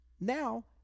Now